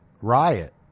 riot